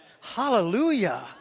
Hallelujah